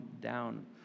down